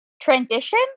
transition